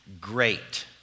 great